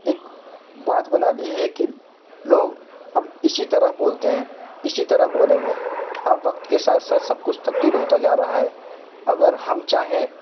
ایک بات بنالی ہے کہ لوگ اب اسی طرح بولتے ہیں اسی طرح بولیں گے اب وقت کے ساتھ ساتھ سب کچھ تبدیل ہوتا جا رہا ہے اگر ہم چاہیں